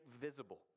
visible